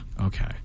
Okay